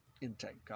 intake